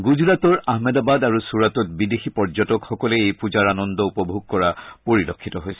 গুজৰাটৰ আহমেদাবাদ আৰু ছুৰাটত বিদেশী পৰ্যটকসকলে এই পূজাৰ আনন্দ উপভোগ কৰা পৰিলক্ষিত হৈছে